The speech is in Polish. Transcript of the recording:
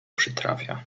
przytrafia